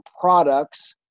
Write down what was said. products